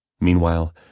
Meanwhile